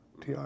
Ti